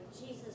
Jesus